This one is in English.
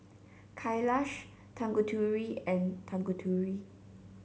Kailash Tanguturi and Tanguturi